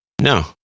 No